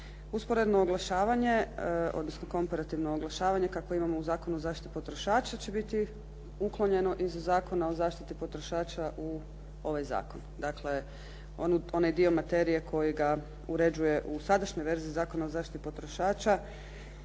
Usporedno oglašavanje, odnosno komparativno oglašavanje kakvo imamo u Zakonu o zaštiti potrošača će biti uklonjeno iz Zakona o zaštiti potrošača u ovaj zakon. Dakle, onaj dio materije koji ga uređuje u sadašnjoj verziji Zakona o zaštiti potrošača